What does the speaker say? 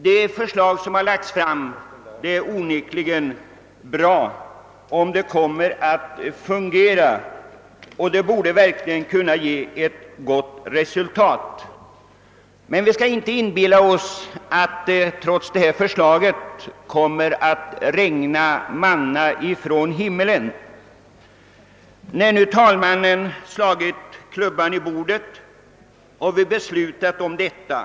Det förslag som lagts fram är onekligen bra, om det kommer att fungera, och det borde kunna ge ett gott resultat. Men vi skall inte inbilla oss att det kommer att regna manna från himlen sedan talmannen slagit klubban i bordet och beslutet är fattat.